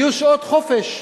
יהיו שעות חופש.